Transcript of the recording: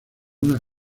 unas